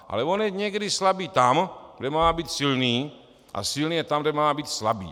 Ale on je někdy slabý tam, kde má být silný, a silný je tam, kde má být slabý.